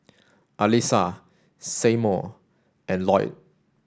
Alisa Seymour and Loyd